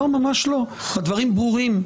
הדברים ברורים.